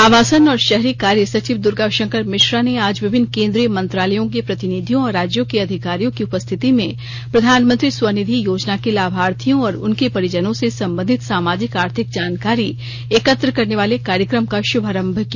आवासन और शहरी कार्य सचिव दुर्गा शंकर मिश्रा ने आज विभिन्न केंद्रीय मंत्रालयों के प्रतिनिधियों और राज्यों के अधिकारियों की उपस्थिति में प्रधानमंत्री स्वनिधि योजना के लाभार्थियों और उनके परिजनों से संबंधित सामाजिक आर्थिक जानकारी एकत्र करने वाले कार्यक्रम का शुभारंभ किया